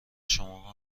شما